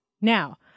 Now